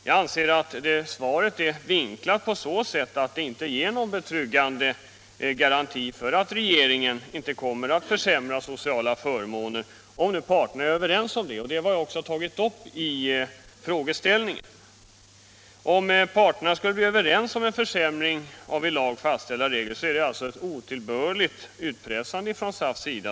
Jag anser att svaret är vinklat på så sätt att det inte ger någon betryggande garanti för att regeringen icke kommer att försämra sociala förmåner, om parterna är överens om detta. Det har jag också tagit upp i frågeställningen. Om parterna skulle bli överens om en försämring av i lag fastställda regler är det, som jag ser det, en otillbörlig utpressning från SAF:s sida.